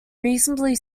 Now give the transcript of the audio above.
reasonably